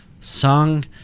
sung